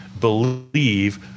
believe